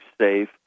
safe